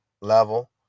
level